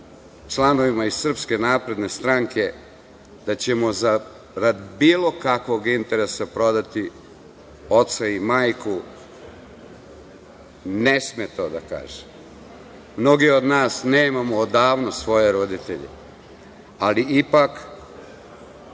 članovima iz SNS, da ćemo zarad bilo kakvog interesa prodati oca i majku, ne sme to da kaže. Mnogi od nas nemamo odavno svoje roditelje, ali ipak